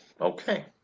okay